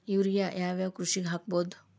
ಯೂರಿಯಾನ ಯಾವ್ ಯಾವ್ ಕೃಷಿಗ ಹಾಕ್ಬೋದ?